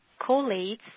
collates